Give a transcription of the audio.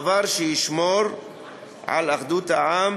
דבר שישמור על אחדות העם